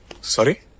Sorry